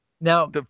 Now